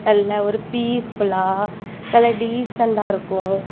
நல்ல ஒரு பீஸ்ஃபுல்லா நல்லா டீசண்ட்டாக இருக்கும்